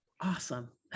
awesome